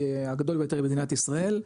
הגדול ביותר במדינת ישראל.